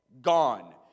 Gone